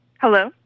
Hello